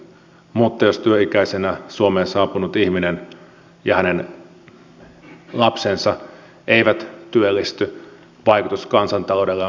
mutta jos työikäisenä suomeen saapunut ihminen ja hänen lapsensa eivät työllisty vaikutus kansantaloudelle on negatiivinen